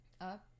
up